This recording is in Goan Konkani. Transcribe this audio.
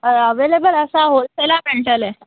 हय अवेलेबल आसा होलसेला मेळटले